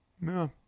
no